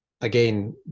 again